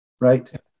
Right